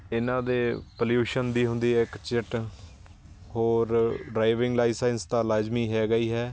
ਇਹਨਾਂ ਦੇ ਪੋਲਿਊਸ਼ਨ ਦੀ ਹੁੰਦੀ ਹੈ ਇੱਕ ਚਿੱਟ ਹੋਰ ਡਰਾਈਵਿੰਗ ਲਾਇਸੈਂਸ ਤਾਂ ਲਾਜ਼ਮੀ ਹੈਗਾ ਹੀ ਹੈ